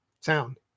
sound